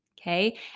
okay